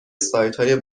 سایتهای